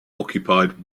occupied